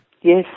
Yes